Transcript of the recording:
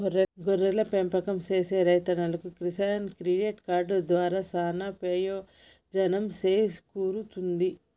గొర్రెల పెంపకం సేసే రైతన్నలకు కిసాన్ క్రెడిట్ కార్డు దారా సానా పెయోజనం సేకూరుతుంది